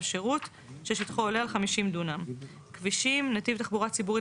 שירות ששטחו עולה על 50 דונם 6. כבישים נתיב תחבורה ציבורית